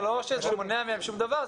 זה לא מונע מהם שום דבר,